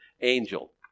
angel